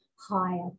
higher